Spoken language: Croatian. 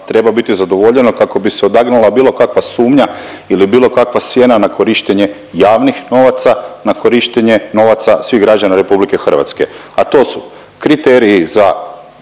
treba biti zadovoljeno kako bi se odagnala bilo kakva sumnja ili bilo kakva sjena na korištenje javnih novaca, na korištenje novaca svih građana RH, a to su kriteriji za